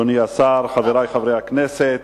אדוני השר, חברי חברי הכנסת,